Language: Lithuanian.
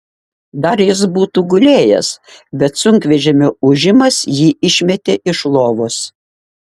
dar jis būtų gulėjęs bet sunkvežimio ūžimas jį išmetė iš lovos